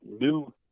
new